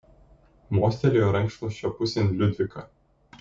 mostelėjo rankšluosčio pusėn liudvika